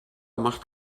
macht